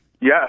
Yes